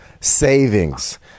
savings